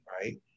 right